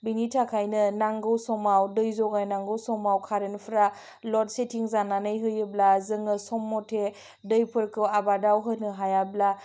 बिनि थाखायनो नांगौ समाव दै जगायनांगौ समाव कारेन्टफ्रा लड सिटिं जानानै होयोब्ला जोङो सम मथे दैफोरखौ आबादाव होनो हायाब्ला